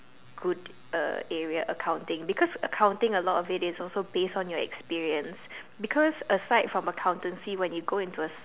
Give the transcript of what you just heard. good uh area accounting because accounting a lot of it is also based on your experience because aside from accountancy when you go into a